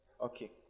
Okay